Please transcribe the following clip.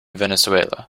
venezuela